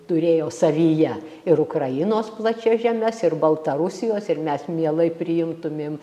turėjo savyje ir ukrainos plačias žemes ir baltarusijos ir mes mielai priimtumėm